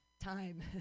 time